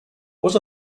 was